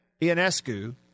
Ionescu